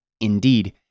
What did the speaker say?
Indeed